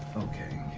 okay.